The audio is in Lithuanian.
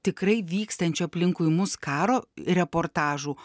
tikrai vykstančių aplinkui mus karo reportažų